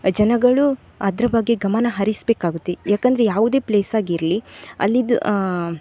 ಜನಗಳು ಅದರ ಬಗ್ಗೆ ಗಮನ ಹರಿಸಬೇಕಾಗುತ್ತೆ ಯಾಕಂದರೆ ಯಾವುದೇ ಪ್ಲೇಸಾಗಿರಲಿ ಅಲ್ಲಿದ್ದು